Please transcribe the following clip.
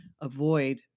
avoid